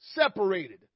separated